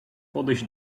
podejść